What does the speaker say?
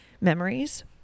memories